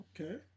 okay